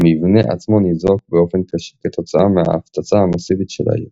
המבנה עצמו ניזוק באופן קשה כתוצאה מההפצצה המאסיבית על העיר.